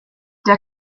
der